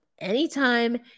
Anytime